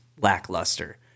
lackluster